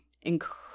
incredible